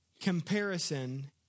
comparison